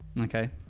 okay